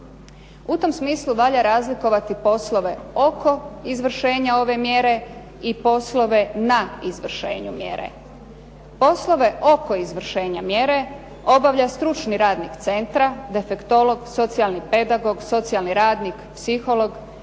U tom smislu valja razlikovati poslove oko izvršenja ove mjere i poslove na izvršenju mjere. Poslove oko izvršenja mjere obavlja stručni radnik centra, defektolog, socijalni pedagog, socijalni radnik, psiholog